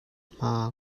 hma